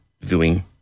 viewing